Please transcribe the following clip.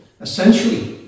essentially